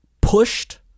pushed